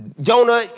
Jonah